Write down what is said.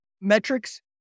Metrics